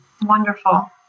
Wonderful